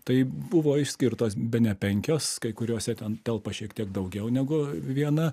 tai buvo išskirtos bene penkios kai kuriose ten telpa šiek tiek daugiau negu viena